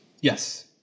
Yes